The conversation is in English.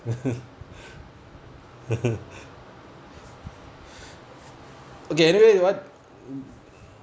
okay anyway what